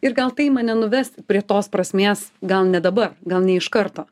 ir gal tai mane nuvest prie tos prasmės gal ne dabar gal ne iš karto